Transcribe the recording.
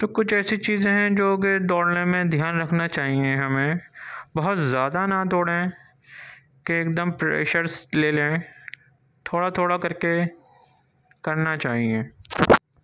تو کچھ ایسی چیزیں ہیں جوکہ دوڑنے میں دھیان رکھنا چاہیے ہمیں بہت زیادہ نہ دوڑیں کہ ایک دم پریشرس لے لیں تھوڑا تھوڑا کر کے کرنا چاہیے